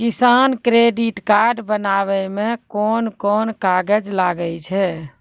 किसान credit card बनाबै मे कोन कोन कागज लागै छै?